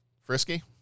frisky